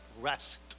Rest